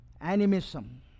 animism